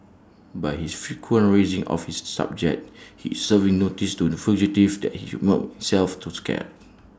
by his frequent raising of this subject he is serving notice to the fugitive that he should self to scarce